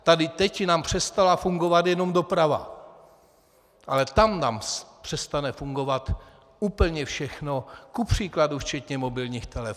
Tady teď nám přestala fungovat jenom doprava, ale tam nám přestane fungovat úplně všechno, kupříkladu včetně mobilních telefonů.